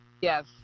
yes